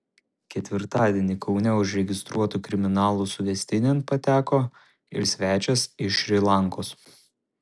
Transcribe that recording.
ketvirtadienį kaune užregistruotų kriminalų suvestinėn pateko ir svečias iš šri lankos